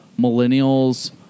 millennials